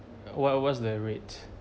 what what's the rate